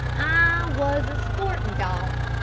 i was a sporting dog,